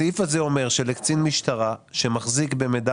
הסעיף הזה אומר שלקצין משטרה שמחזיק במידע